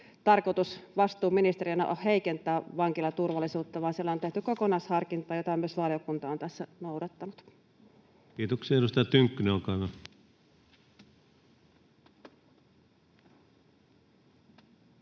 tarkoitus vastuuministeriönä ole heikentää vankilaturvallisuutta, vaan siellä on tehty kokonaisharkintaa, jota myös valiokunta on tässä noudattanut. [Speech 210] Speaker: Ensimmäinen